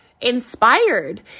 inspired